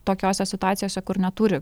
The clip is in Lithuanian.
tokiose situacijose kur neturi